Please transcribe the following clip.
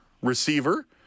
receiver